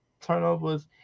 turnovers